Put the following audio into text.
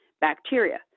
bacteria